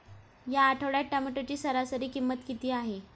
या आठवड्यात टोमॅटोची सरासरी किंमत किती आहे?